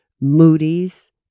Moody's